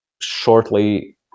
shortly